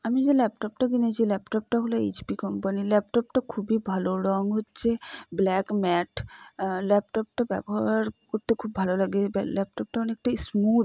আমি যে ল্যাপটপটা কিনেছি ল্যাপটপটা হলো এইচ পি কোম্পানির ল্যাপটপটা খুবই ভালো রং হচ্ছে ব্ল্যাক ম্যাট ল্যাপটপটা ব্যাবহার করতে খুব ভালো লাগে এবার ল্যাপটপটা অনেকটাই স্মুথ